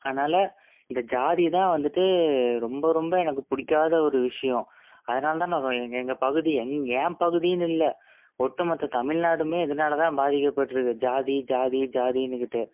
அதனால் இந்த ஜாதி தான் வந்துட்டு ரொம்ப ரொம்ப எனக்கு பிடிக்காத ஒரு விஷயோம் அதனால் தான் நான் எங்கள் எங்கள் பகுதி எங் ஏன் பகுதியின்னு இல்லை ஒட்டு மொத்த தமில்நாடும் இதனால் தான் பாதிக்கப்பட்டுருக்கு ஜாதி ஜாதி ஜாதின்னுக்கிட்டு